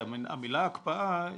המלה הקפאה,